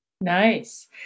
Nice